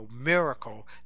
miracle